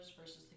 versus